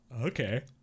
okay